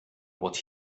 what